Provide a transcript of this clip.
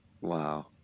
wow